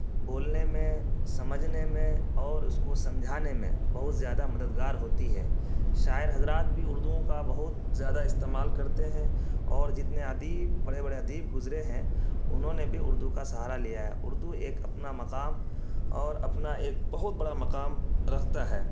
بولنے میں سمجھنے میں اور اس کو سمجھانے میں بہت زیادہ مددگار ہوتی ہے شاعر حضرات بھی اردوؤں کا بہت زیادہ استعمال کرتے ہیں اور جتنے ادیب بڑے بڑے ادیب گزرے ہیں انہوں نے بھی اردو کا سہارا لیا ہے اردو ایک اپنا مقام اور اپنا ایک بہت بڑا مقام رکھتا ہے